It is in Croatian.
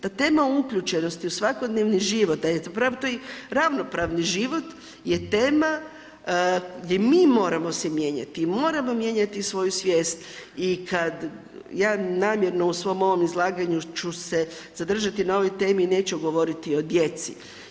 Ta tema uključenosti u svakodnevni život, to je ravnopravni život, je tema gdje mi moramo se mijenjati i moramo mijenjati svoju svijest, ja namjerno u svom ovom izlaganju ću se zadržati na ovoj temi i neću govoriti o djeci.